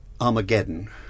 Armageddon